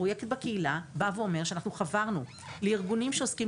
הפרויקט בקהילה אומר שחברנו לארגונים שעוסקים